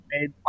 made